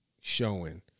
showing